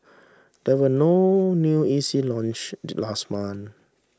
there were no new E C launch the last month